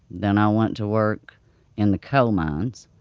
then i went to work in the coal mines.